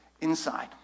inside